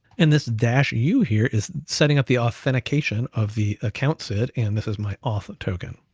and this dash u here is setting up the authentication of the account sid, and this is my auth token.